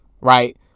right